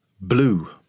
Blue